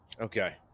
Okay